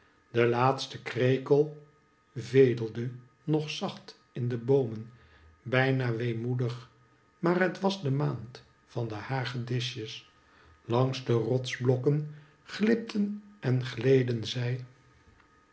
de laatste krekel vedelde nog zacht in de boomen bijna weemoedig maar het was de maand van de hagedisjes langs de rotsblokken glipten en gleden zij